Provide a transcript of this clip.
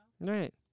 Right